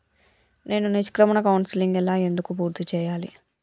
నేను నిష్క్రమణ కౌన్సెలింగ్ ఎలా ఎందుకు పూర్తి చేయాలి?